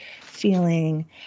feeling